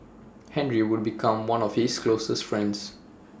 Henry would become one of his closest friends